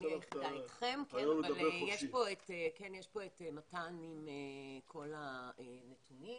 נמצא כאן מתן עם כל הנתונים.